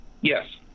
Yes